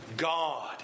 God